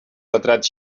retrat